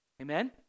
Amen